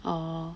ah